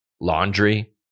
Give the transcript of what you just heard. laundry